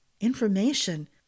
Information